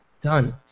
Done